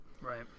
Right